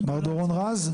מר דורון רז?